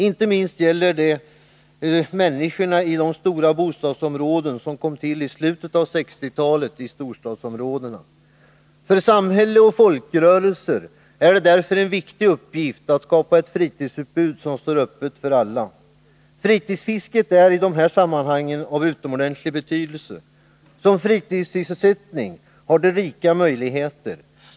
Inte minst gäller detta för människorna i de stora bostadsområden som kom till i slutet av 1960-talet i storstadsområdena. För samhälle och folkrörelse är det därför en viktig uppgift att skapa ett fritidsutbud som står öppet för alla. Fritidsfisket är i dessa sammanhang av utomordentlig betydelse. Som fritidssysselsättning har det rika möjligheter.